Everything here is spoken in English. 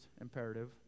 imperative